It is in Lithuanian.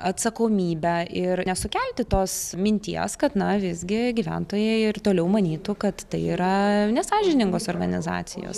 atsakomybe ir nesukelti tos minties kad na visgi gyventojai ir toliau manytų kad tai yra nesąžiningos organizacijos